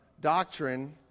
doctrine